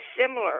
similar